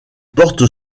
porte